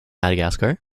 madagascar